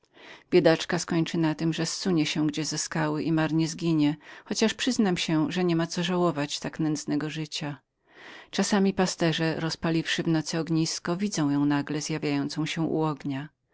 biedaczka skończy na tem że zsunie się gdzie ze skały i marnie zginie chociaż przyznam się że nie ma co żałować tak nędznego życia czasami pasterze rozpaliwszy w nocy ognisko widzą ją nagle zjawiającą się